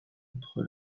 contre